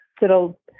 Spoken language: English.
that'll